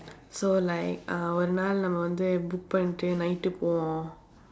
so like ஒரு நாள் நம்ம வந்து:oru naal namma vandthu book பண்ணிட்டு:pannitdu night போவோம்:poovoom